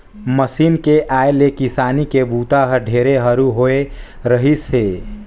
machine के आए ले किसानी के बूता हर ढेरे हरू होवे रहीस हे